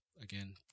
again